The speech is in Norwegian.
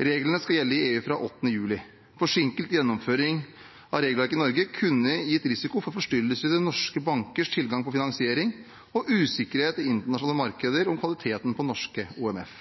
Reglene skal gjelde i EU fra 8. juli. Forsinket gjennomføring av regelverket i Norge kunne gitt risiko for forstyrrelser i norske bankers tilgang på finansiering og usikkerhet i internasjonale markeder om kvaliteten på norske OMF.